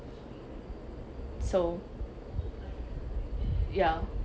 so ya